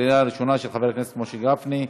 ברשות יושב-ראש הישיבה, הנני מתכבד להודיעכם,